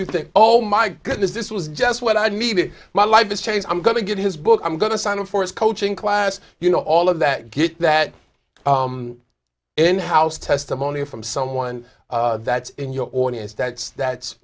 you think oh my goodness this was just what i needed my life has changed i'm going to get his book i'm going to sign up for his coaching class you know all of that get that in house testimony from someone that's in your audience that's that's